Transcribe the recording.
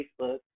Facebook